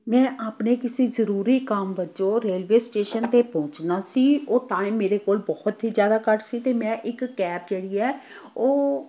ਮੈ ਆਪਣੇ ਕਿਸੇ ਜ਼ਰੂਰੀ ਕੰਮ ਵਜੋਂ ਰੇਲਵੇ ਸਟੇਸ਼ਨ 'ਤੇ ਪਹੁੰਚਣਾ ਸੀ ਉਹ ਟਾਇਮ ਮੇਰੇ ਕੋਲ ਬਹੁਤ ਹੀ ਜ਼ਿਆਦਾ ਘੱਟ ਸੀ ਅਤੇ ਮੈਂ ਇੱਕ ਕੈਬ ਜਿਹੜੀ ਹੈ ਉਹ